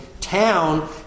town